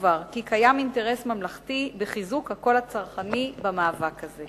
כבר קבעו כי קיים אינטרס ממלכתי בחיזוק הקול הצרכני במאבק הזה,